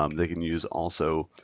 um they can use also